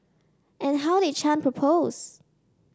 and how did Chan propose